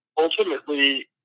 ultimately